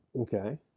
Okay